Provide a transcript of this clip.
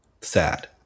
Sad